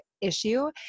issue